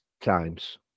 times